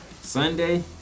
Sunday